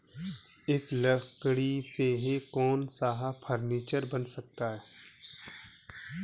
इस लकड़ी से कौन सा फर्नीचर बन सकता है?